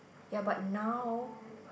ya but now